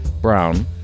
Brown